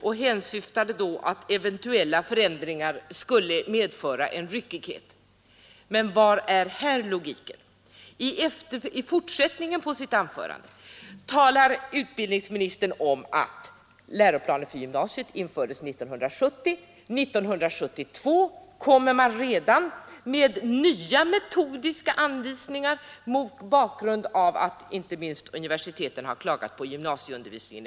Han syftade därvid på att eventuella förändringar skulle kunna medföra ryckighet. Men var finns här logiken? I fortsättningen av sitt anförande talade utbildningsministern om att läroplanen för gymnasiet infördes 1970. Redan 1972 kom man med nya metodiska anvisningar inte minst på grund av att universiteten har klagat på gymnasieundervisningen.